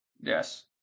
Yes